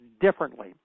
differently